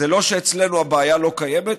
זה לא שאצלנו הבעיה לא קיימת.